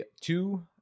two